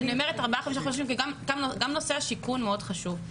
אני אומרת ארבעה-חמישה חודשים כי גם נושא השיכון מאוד חשוב.